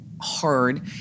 hard